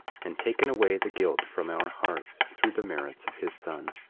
and taken away the guilt from our hearts, through the merits of his son.